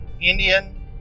Indian